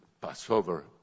Passover